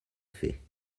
fait